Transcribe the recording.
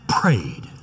prayed